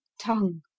tongue